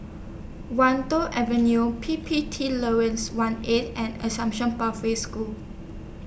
Wan Tho Avenue P P T one A and Assume Pathway School